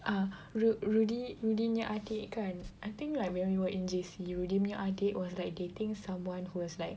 ah Ru~ Rudy Rudy nya adik kan I think like when we were in J_C Rudy nya adik was like dating someone who's like